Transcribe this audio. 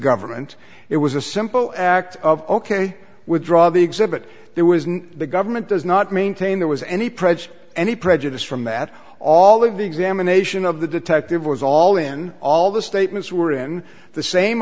government it was a simple act of ok withdraw the exhibit there was no the government does not maintain there was any prejudice any prejudice from that all of the examination of the detective was all in all the statements were in the same